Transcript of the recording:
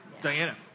Diana